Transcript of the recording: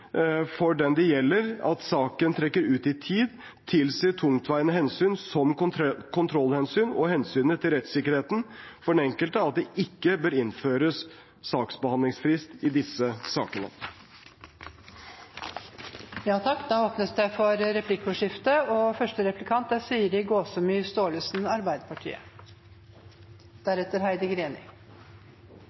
for den det gjelder at saken trekker ut i tid, tilsier tungtveiende hensyn, som kontrollhensyn og hensynet til rettssikkerheten for den enkelte, at det ikke bør innføres saksbehandlingsfrist i disse sakene. Det blir replikkordskifte. I fjor fikk Arbeiderpartiet sammen med resten av den daværende opposisjonen gjennomslag for